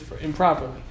improperly